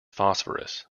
phosphorus